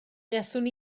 buaswn